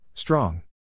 Strong